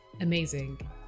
amazing